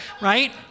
right